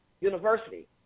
University